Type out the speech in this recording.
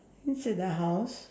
inside the house